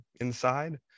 inside